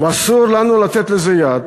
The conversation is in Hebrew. ואסור לנו לתת לזה יד,